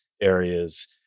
areas